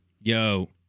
Yo